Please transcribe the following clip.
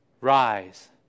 Rise